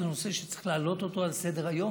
הנושא שצריך להעלות אותו על סדר-היום,